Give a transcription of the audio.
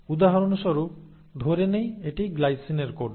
উদাহরণস্বরূপ ধরে নেই এটি গ্লাইসিনের কোড